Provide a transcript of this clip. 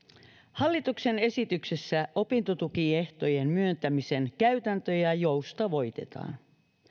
hallituksen esityksessä opintotukiehtojen myöntämisen käytäntöjä joustavoitetaan